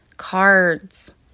cards